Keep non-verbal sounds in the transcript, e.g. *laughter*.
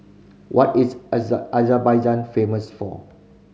what is *unintelligible* Azerbaijan famous for